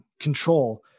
control